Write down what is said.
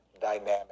dynamic